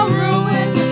ruin